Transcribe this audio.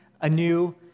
anew